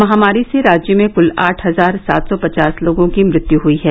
महामारी से राज्य में कुल आठ हजार सात सौ पचास लोगों की मृत्यु हुयी है